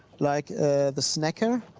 like the snekker.